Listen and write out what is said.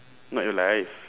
not your life